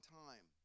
time